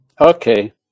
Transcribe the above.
Okay